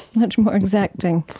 much more exacting.